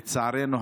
לצערנו,